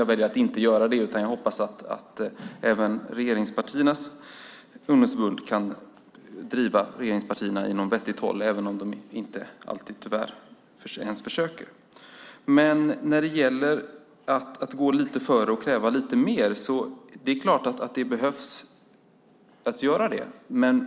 Jag väljer att inte göra det, utan jag hoppas att även regeringspartiernas ungdomsförbund kan driva regeringspartierna åt ett vettigt håll även om de tyvärr inte alltid ens försöker. Det är klart att det behövs att någon går lite före och kräver lite mer.